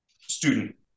student